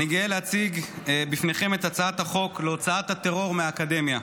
אני גאה להציג בפניכם את הצעת החוק להוצאת הטרור מהאקדמיה.